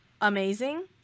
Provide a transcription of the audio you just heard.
Amazing